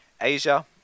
Asia